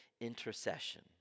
intercession